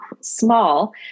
small